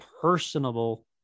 personable